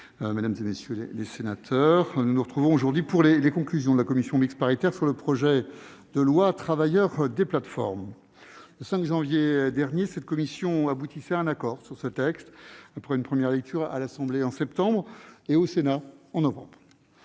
mesdames, messieurs les sénateurs, nous nous retrouvons aujourd'hui pour examiner les conclusions de la commission mixte paritaire sur le projet de loi « Travailleurs des plateformes ». Le 5 janvier dernier, cette commission aboutissait à un accord sur ce texte, après une première lecture à l'Assemblée nationale, en septembre, et au Sénat, en novembre.